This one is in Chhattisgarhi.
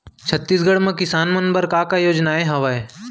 छत्तीसगढ़ म किसान मन बर का का योजनाएं हवय?